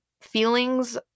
feelings